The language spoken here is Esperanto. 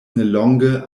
nelonge